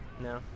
No